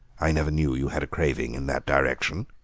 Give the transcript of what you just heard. i never knew you had a craving in that direction.